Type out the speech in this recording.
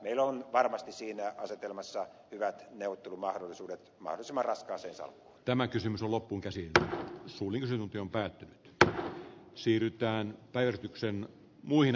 meillä on varmasti siinä asetelmassa hyvät neuvottelumahdollisuudet maisemarascassessa tämä kysymys on lopulta siitä suurin synti on päätetty siirrytään mahdollisimman raskaaseen salkkuun